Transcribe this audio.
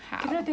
how